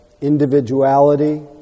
individuality